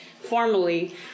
formally